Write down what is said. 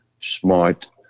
smart